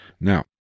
Now